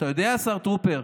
אתה יודע, השר טרופר?